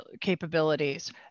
capabilities